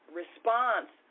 response